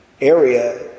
area